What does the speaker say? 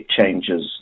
changes